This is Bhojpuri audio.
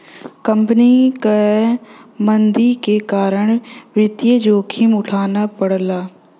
कंपनी क मंदी के कारण वित्तीय जोखिम उठाना पड़ला